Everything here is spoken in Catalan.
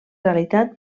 realitat